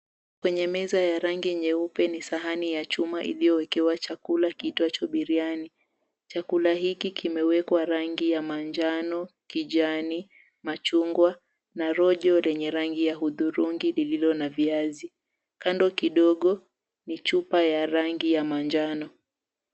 Kwenye meza ya rangi nyeupe ni sahani ya chuma iliyowekewa chakula kiitwacho biriani. Chakula hiki kimewekwa rangi ya manjano, kijani, machungwa na rojo lenye rangi ya hudhurungi lililo na viazi. Kando kidogo ni chupa ya rangi ya manjano.